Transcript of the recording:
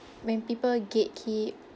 when people gatekeep